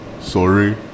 sorry